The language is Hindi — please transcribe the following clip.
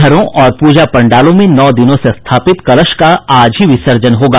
घरों और पूजा पंडालों में नौ दिनों से स्थापित कलश का भी आज ही विसर्जन होगा